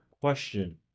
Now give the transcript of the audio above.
Question